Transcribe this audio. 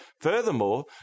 Furthermore